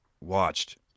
watched